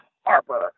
Harper